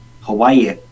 Hawaii